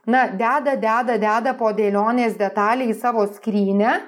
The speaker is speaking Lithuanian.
na deda deda deda po dėlionės detalę į savo skrynią